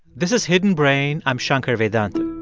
this is hidden brain. i'm shankar vedantam